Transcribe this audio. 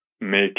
make